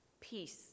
peace